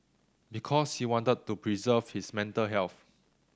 because he wanted to preserve his mental health